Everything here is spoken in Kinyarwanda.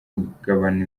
kugabana